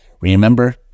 Remember